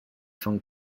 von